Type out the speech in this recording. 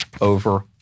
over